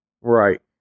Right